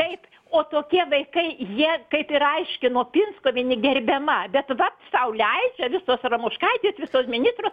taip o tokie vaikai jie kaip ir aiškino pinskuvienė gerbiama bet vat sau leidžia visos ramoškaitės visos ministrų